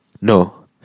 No